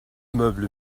meuble